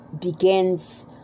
begins